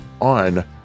on